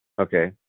Okay